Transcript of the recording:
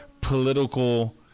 political